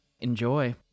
Enjoy